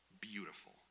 beautiful